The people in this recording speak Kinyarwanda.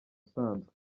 usanzwe